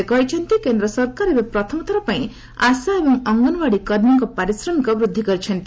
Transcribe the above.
ସେ କହିଛନ୍ତି କେନ୍ଦ୍ର ସରକାର ଏବେ ପ୍ରଥମ ଥରପାଇଁ ଆଶା ଏବଂ ଅଙ୍ଗନୱାଡ଼ି କର୍ମୀଙ୍କ ପାରିଶ୍ରମିକ ବୃଦ୍ଧି କରିଛନ୍ତି